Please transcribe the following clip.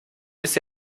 bis